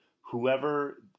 whoever